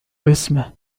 اسمه